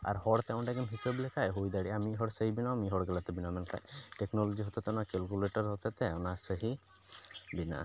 ᱟᱨ ᱦᱚᱲᱛᱮ ᱚᱸᱰᱮᱢ ᱦᱤᱥᱟᱹᱵ ᱞᱮᱠᱷᱟᱡ ᱢᱤᱫ ᱦᱚᱲ ᱥᱟᱹᱦᱤ ᱵᱮᱱᱟᱣᱭᱟ ᱢᱤᱫ ᱦᱚᱲ ᱜᱟᱞᱟᱛ ᱵᱮᱱᱟᱣᱟ ᱢᱮᱱᱠᱷᱟᱡ ᱴᱮᱠᱱᱳᱞᱚᱡᱤ ᱦᱚᱛᱮᱛᱮ ᱚᱱᱟ ᱠᱮᱞᱠᱩᱞᱮᱴᱟᱨ ᱦᱚᱛᱮᱡ ᱛᱮ ᱚᱱᱟ ᱥᱟᱹᱦᱤ ᱵᱮᱱᱟᱜᱼᱟ